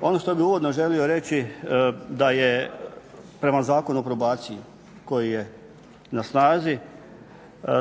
Ono što bih uvodno želio reći, da je prema Zakonu o probaciji koji je na snazi